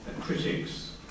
critics